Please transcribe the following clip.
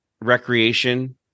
recreation